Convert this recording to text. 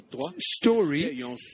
story